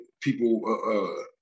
people